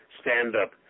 stand-up